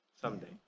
someday